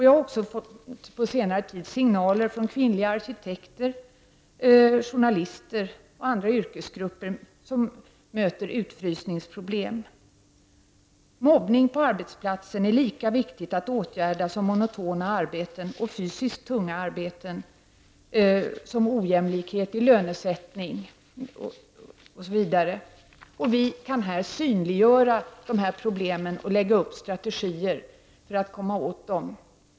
Jag har också på senare tid fått signaler från kvinnliga arkitekter, journalister och andra yrkesgrupper som möter utfrysningsproblem. Mobbning på arbetsplatsen är lika viktigt att åtgärda som monotona arbeten och fysiskt tunga arbeten, som ojämlikhet i lönesättning m.m. Vi kan här synliggöra dessa problem och lägga upp strategier för att komma åt dem.